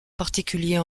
particulier